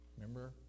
remember